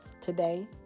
today